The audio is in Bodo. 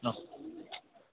अह